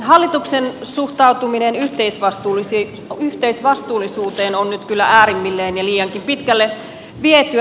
hallituksen suhtautuminen yhteisvastuullisuuteen on nyt kyllä äärimmilleen ja liiankin pitkälle vietyä